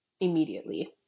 immediately